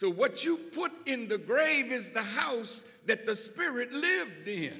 so what you put in the grave is the house that the spirit live